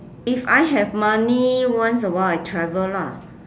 if I have money once a while I travel lah